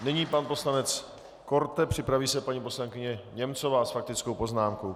Nyní pan poslanec Korte, připraví se paní poslankyně Němcová s faktickou poznámkou.